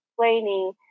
explaining